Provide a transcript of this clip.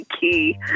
key